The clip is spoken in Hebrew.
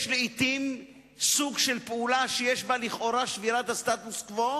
יש לעתים סוג של פעולה שיש בה לכאורה שבירת הסטטוס-קוו,